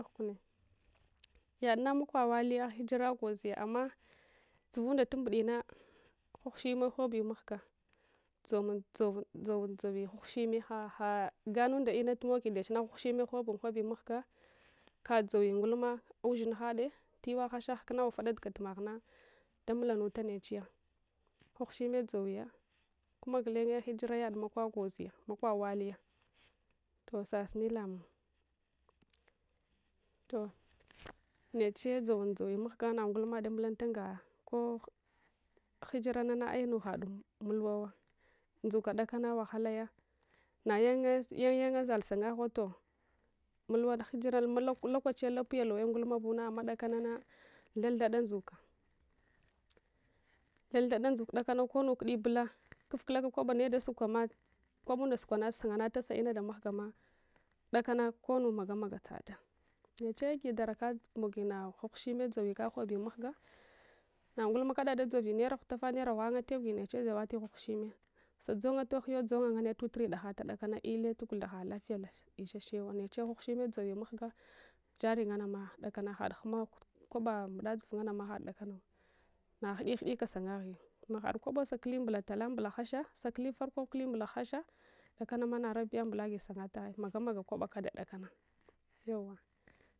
yadna makwa waliya hijira gwoziya amma dzuvunda tumbudina ghaghush ime ghobi maghaga dzomun dzov dzovul ghwaghushime haha ghaganunda inatu mogi ndechina ghwagnushime ghobinghobi mahga kadzowi ngulma ushinha d’e tiwa, ghasha hukuna uvada tugalumaghna damulanuta nechiya ghwaghushime dzowuya kuma guleny hijira yad makwa gwoziyah makwa waliya toh sasuni lamung toh neche dzowun dzowi mahga na'ngulma d’amulunta unga ko hjiira nana innu hadu mulwawa ndzuka d’akana wahalaya nayan yanga zall sungagho toh mulwana hijirana ma malokachiya lapya luwe ngulmabuna amma dakanana thad thada ndzuka thad thada ndzuk kudakana konnu kudi bula kufkulaka koba nuweda suk kama kwab’unda sunganach sunga nastasa lnada mahgama dakana konnu magamaga dsada neche agi darakad zowi kamogi na ghwsghushime dzowi kaghobi mahga na’ngulma kada dadzovi naira hutafa naira ghwanga tiewin neche dzawati gwaghushime sadzongye toghiyo dzonga nganne tuturi dahata kudakana ile tugutha ha lafiya ishashewa neche ghwaghu shime dzowi mahga jari nganama ku dakana had humawo koba mbuda dzuv ngannama had dakanau naghuyek ghudyek sunga guiya mahaha kwaba kuli mbul tala mbula hasha sakuli farko mbula hasha dakangma nara biyambula agi sungata magamaga kwaba gada kud’akana yauwa